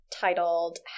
titled